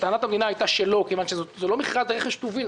טענת המדינה הייתה שלא כיוון שזה לא מכרז רכש טובין.